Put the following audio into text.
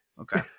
Okay